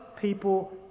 people